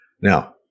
now